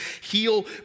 heal